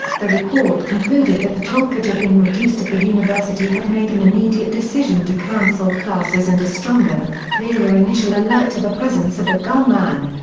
the report concluded that the toll could have been reduced if the university had made an immediate decision to cancel classes and a stronger, clearer initial alert of the presence of a gunman.